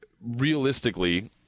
realistically